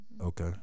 okay